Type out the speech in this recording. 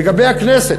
לגבי הכנסת,